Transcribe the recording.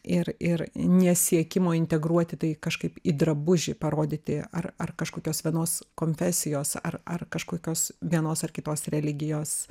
ir ir nesiekimo integruoti tai kažkaip į drabužį parodyti ar ar kažkokios vienos konfesijos ar ar kažkokios vienos ar kitos religijos